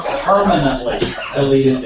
permanently deleted